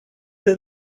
that